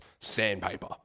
sandpaper